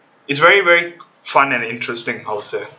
it's very very fun and interesting I would say